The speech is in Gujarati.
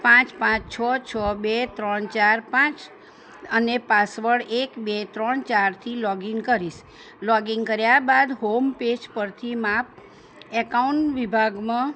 પાંચ પાંચ છ છ બે ત્રણ ચાર પાંચ અને પાસવડ એક બે ત્રણ ચારથી લૉગિન કરીશ લૉગઇન કર્યા બાદ હોમપેજ પરથી માપ એકાઉન્ટ વિભાગમાં